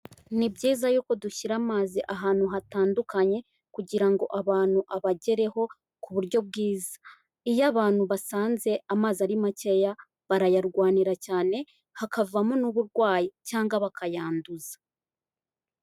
Ni byiza yuko dushyira amazi ahantu hatandukanye, kugira ngo abantu abagereho, ku buryo bwiza. Iyo abantu basanze amazi ari makeya, barayarwanira cyane, hakavamo n'uburwayi, cyangwa bakayanduza.